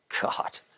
God